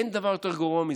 אין דבר יותר גרוע מזה,